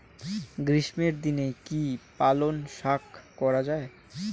গ্রীষ্মের দিনে কি পালন শাখ করা য়ায়?